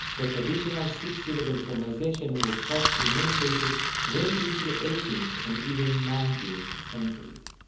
the traditional six syllable solmization was taught in many cases well into the eighteenth and even nineteenth centuries.